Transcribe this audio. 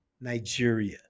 Nigeria